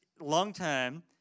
long-term